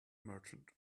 merchant